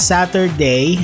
Saturday